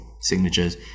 signatures